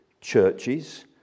churches